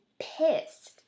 pissed